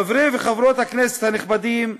חברי וחברות הכנסת הנכבדים,